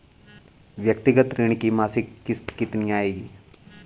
व्यक्तिगत ऋण की मासिक किश्त कितनी आएगी?